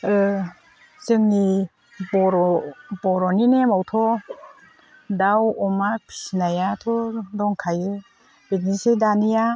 जोंनि बर'नि नेमावथ' दाउ अमा फिसिनायाथ' दंखायो बिदिनोसै दानिया